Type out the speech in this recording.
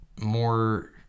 more